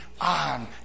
on